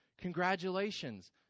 Congratulations